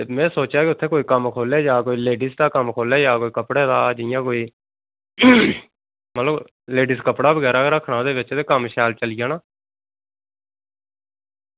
में सोचेआ कि उत्थें कोई कम्म खोह्ल्लेआ जा लेड़ीज़ दा कम्म खोल्लेआ जा कोई कपड़ें दा जि्यां कोई मतलब लेडीज़ कपड़ा गै रक्खना ते मतलब कम्म चली जाना